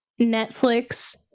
Netflix